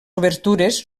obertures